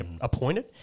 appointed